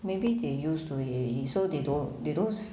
maybe they used to it already so they don't they don't